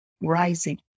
rising